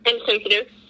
insensitive